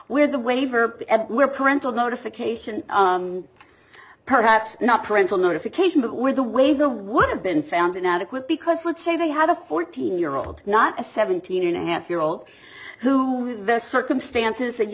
where the waiver where parental notification perhaps not parental notification but where the way the would have been found inadequate because let's say they had a fourteen year old not a seventeen and a half year old who the circumstances say you